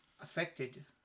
affected